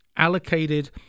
allocated